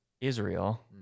Israel